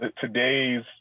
today's